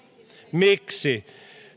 miksi